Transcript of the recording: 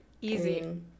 Easy